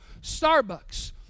Starbucks